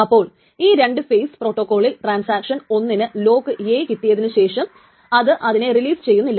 അപ്പോൾ ഈ 2 ഫെയിസ് പ്രോട്ടോകോളിൽ ട്രാൻസാക്ഷൻ ഒന്നിന് ലോക്ക് A കിട്ടിയതിനു ശേഷം അത് അതിനെ റിലീസ് ചെയ്യുന്നില്ല